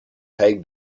take